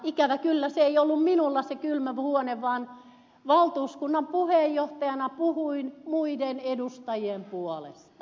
ikävä kyllä se kylmä huone ei ollut minulla vaan valtuuskunnan puheenjohtajana puhuin muiden edustajien puolesta